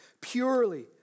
purely